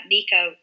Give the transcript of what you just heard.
Nico